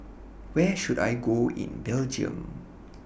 Where should I Go in Belgium